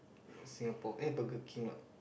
Singapore eh Burger-King pula